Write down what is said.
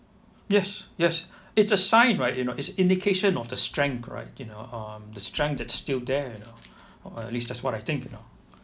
yes yes is a sign right you know it's indication of the strength alright you know um the strength that's still there you know uh at least that's what I think you know